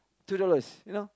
two dollars